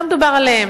לא מדובר עליהם.